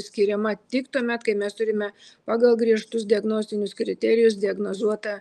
skiriama tik tuomet kai mes turime pagal griežtus diagnostinius kriterijus diagnozuotą